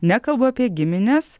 nekalbu apie gimines